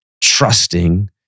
trusting